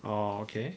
oh okay